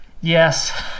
Yes